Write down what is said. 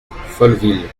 folleville